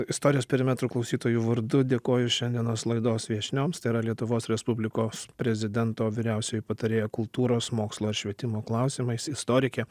istorijos perimetrų klausytojų vardu dėkoju šiandienos laidos viešnioms tai yra lietuvos respublikos prezidento vyriausioji patarėja kultūros mokslo ir švietimo klausimais istorikė